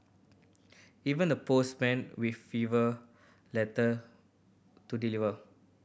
even the postmen with fever letter to deliver